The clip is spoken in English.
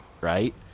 right